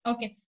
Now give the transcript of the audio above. Okay